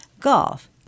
golf